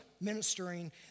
ministering